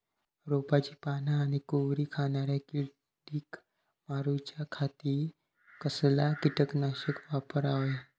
रोपाची पाना आनी कोवरी खाणाऱ्या किडीक मारूच्या खाती कसला किटकनाशक वापरावे?